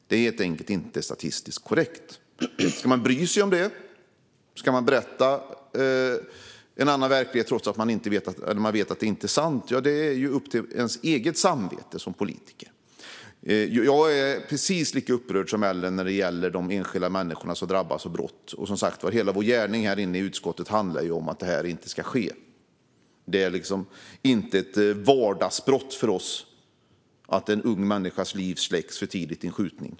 Det är helt enkelt inte statistiskt korrekt. Ska man bry sig om det? Ska man berätta en annan verklighet även om man vet att den inte är sann? Det är upp till ens eget samvete som politiker. Jag är precis lika upprörd som Ellen när det gäller de enskilda människor som drabbas av brott. Och som sagt handlar hela vår gärning i utskottet om att detta inte ska ske. Det är inget vardagsbrott för oss när en ung människas liv släcks för tidigt i en skjutning.